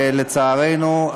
ולצערנו,